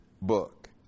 book